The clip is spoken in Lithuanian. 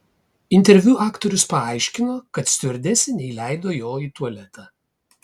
interviu aktorius paaiškino kad stiuardesė neįleido jo į tualetą